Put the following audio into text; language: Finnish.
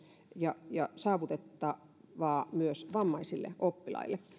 ja ja saavutettavaa myös vammaisille oppilaille